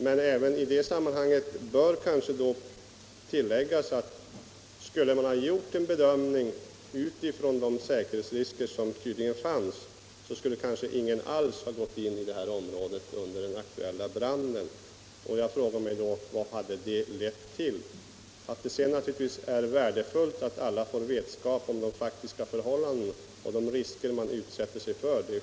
Men det bör tilläggas i sammanhanget att skulle man ha gjort en bedömning utifrån de säkerhetsrisker som tydligen fanns, så skulle kanske ingen alls ha gått in i detta område under den aktuella branden. Jag frågar mig då: Vad hade det lett till? Det är självklart att det är värdefullt att alla får vetskap om de faktiska förhållandena och de risker man utsätter sig för.